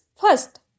first